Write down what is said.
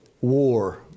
war